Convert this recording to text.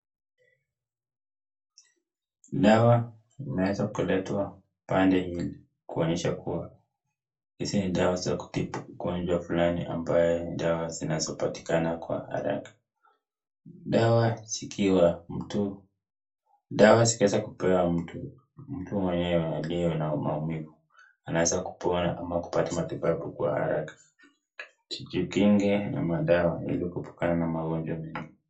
Dawa inaeza kuletwa upande hili kuonyesha kuwa hizi ni dawa za kutibu ugonjwa fulani ambaye ni dawa zinazo kupatikana kwa haraka dawa zikiwa mtu dawa zikieza kupewa mtu mtu mwenyewe aliye na maumivu anaweza kupona ama kupata matibabu kwa haraka tujikinge na madawa ili kuepukana magonjwa mengine